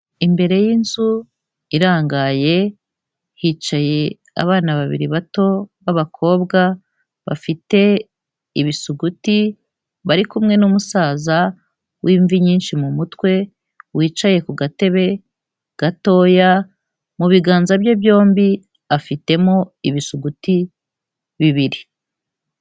Imbere y'inzu irangaye hicaye abana babiri bato b'abakobwa bafite ibisuguti bari kumwe n'umusaza w'imvi nyinshi mu mutwe wicaye ku gatebe gatoya, mu biganza bye byombi afitemo ibisuguti bibiri.